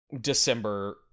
December